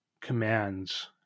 commands